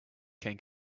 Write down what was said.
can